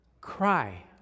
Cry